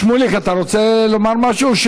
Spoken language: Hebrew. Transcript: שמולי, אתה רוצה לומר משהו?